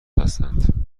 هستند